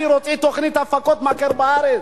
אני רוצה תוכנית הפקות מקור בארץ.